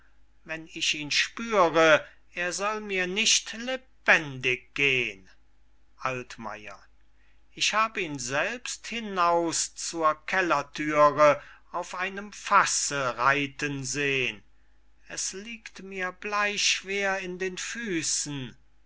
wenn ich ihn spüre er soll mir nicht lebendig gehn altmayer ich hab ihn selbst hinaus zur kellerthüre auf einem fasse reiten sehn es liegt mir bleyschwer in den füßen